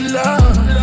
love